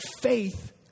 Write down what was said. faith